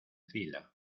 fila